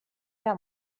era